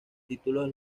títulos